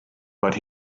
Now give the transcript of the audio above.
but